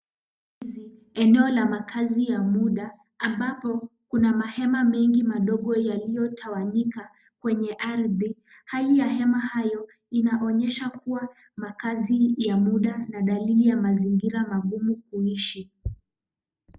Eneo la makaazi ya muda ambapo kuna mahema mengi madogo yaliyotawanyika kwenye ardhi. Hali ya hema hayo inaonyesha kuwa makaazi ya muda na dalili ya mazingira magumu kuishi.